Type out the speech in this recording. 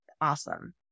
Awesome